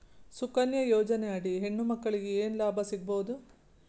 ಸುಕನ್ಯಾ ಯೋಜನೆ ಅಡಿ ಹೆಣ್ಣು ಮಕ್ಕಳಿಗೆ ಏನ ಲಾಭ ಸಿಗಬಹುದು?